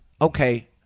okay